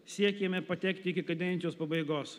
siekėme patekti iki kadencijos pabaigos